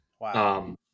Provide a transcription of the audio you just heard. Wow